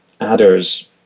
adders